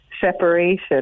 separation